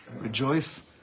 rejoice